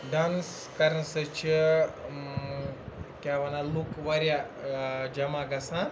dance کَرنہٕ سۭتۍ چھِ کیٛاہ وَنان لُکھ وارِیاہ جمع گَژھان